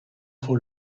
for